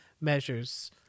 measures